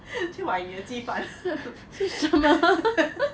去买你的鸡饭